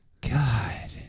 God